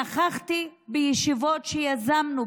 נכחתי בישיבות שיזמנו,